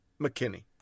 McKinney